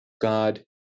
God